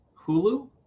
hulu